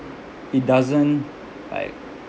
it doesn't like